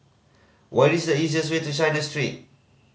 what is the easiest way to China Street